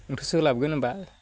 नोंथ' सोलाबगोन होनबा